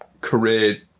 career